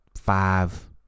five